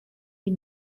die